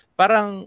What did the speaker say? parang